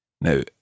Now